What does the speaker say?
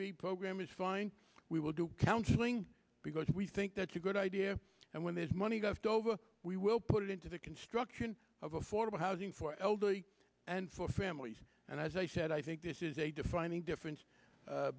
b program is fine we will do counseling because we think that's a good idea and when this money goes dover we will put it into the construction of affordable housing for elderly and for families and as i said i think this is a defining difference